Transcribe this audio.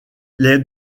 les